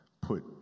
put